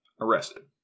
arrested